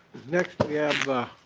next we have